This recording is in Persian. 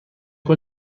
های